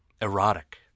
Erotic